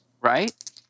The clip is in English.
Right